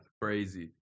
crazy